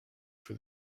for